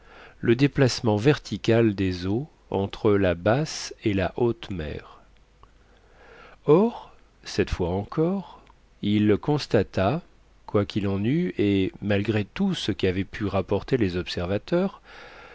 le déplacement vertical des eaux entre la basse et la haute mer or cette fois encore il constata quoi qu'il en eût et malgré tout ce qu'avaient pu rapporter les observateurs